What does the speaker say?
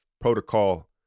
protocol